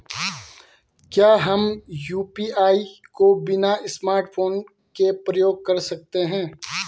क्या हम यु.पी.आई को बिना स्मार्टफ़ोन के प्रयोग कर सकते हैं?